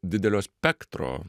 didelio spektro